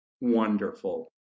wonderful